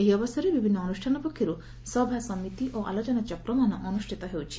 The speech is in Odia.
ଏହି ଅବସରରେ ବିଭିନ୍ତ ଅନୁଷ୍ଠାନ ପକ୍ଷରୁ ସଭା ସମିତି ଆଲୋଚନାଚକ୍ରମାନ ଅନୁଷ୍ଠିତ ହେଉଛି